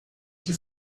que